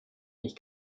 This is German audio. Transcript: ich